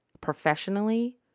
Professionally